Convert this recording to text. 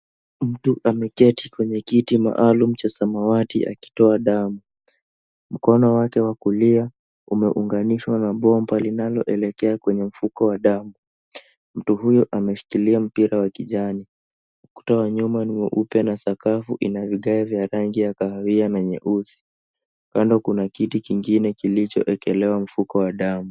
Mtu ameketi kwenye kiti maalum cha samawati akitoa damu. Mkono wake wa kulia umeunganishwa na bomba linaloelekea kwenye mfuko wa damu. Mtu huyo ameshikilia mpira wa kijani. Ukuta wa nyuma ni mweupe na sakafu ina vigae vya rangi ya kahawia na nyeusi. Kando kuna kiti kingine kilichoekelewa mfuko wa damu.